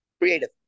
creative